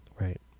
right